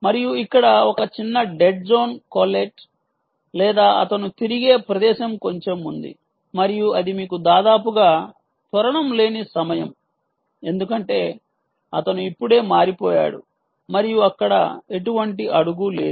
మరియు ఇక్కడ ఒక చిన్న డెడ్ జోన్ కొల్లెట్ లేదా అతను తిరిగే ప్రదేశం కొంచెం ఉంది మరియు అది మీకు దాదాపుగా త్వరణం లేని సమయం ఎందుకంటే అతను ఇప్పుడే మారిపోయాడు మరియు అక్కడ ఎటువంటి అడుగు లేదు